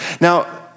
Now